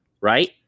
right